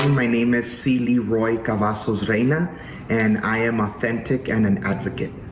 rainy missy leroy colossal strainer and i am a fan to can and advocate.